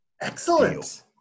Excellent